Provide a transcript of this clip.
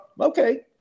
Okay